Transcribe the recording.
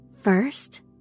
first